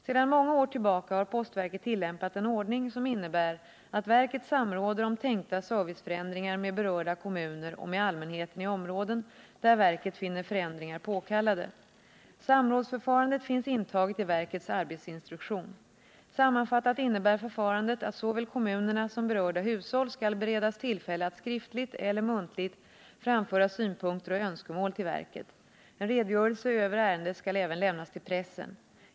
Sedan många år tillbaka har postverket tillämpat en ordning som innebär att verket samråder om tänkta serviceförändringar med berörda kommuner och med allmänheten i områden där verket finner förändringar påkallade. Samrådsförfarandet finns intaget i verkets arbetsinstruktion. Sammanfattat innebär förfarandet att såväl kommunerna som berörda hushåll skall beredas tillfälle att skriftligt eller muntligt framföra synpunkter och önskemål till verket. En redogörelse över ärendet skall även lämnas till pressen.